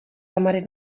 amaren